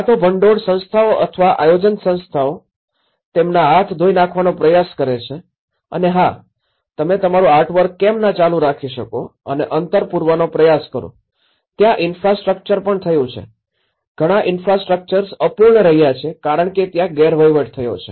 કાં તો ભંડોળ સંસ્થાઓ અથવા આયોજન સંસ્થાઓ તેમના હાથ ધોઈ નાખવાનો પ્રયત્ન કરે છે અને હા તમે તમારું આર્ટવર્ક કેમ ના ચાલુ રાખી શકો અને અંતર પૂરવાનો પ્રયાસ કરો અને ત્યાં ઇન્ફ્રાસ્ટ્રક્ચર પણ થયું છે ઘણાં ઇન્ફ્રાસ્ટ્રક્ચર્સ અપૂર્ણ રહ્યા છે કારણ કે ત્યાં ગેરવહીવટ થયો છે